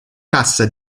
cassa